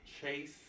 Chase